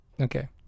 Okay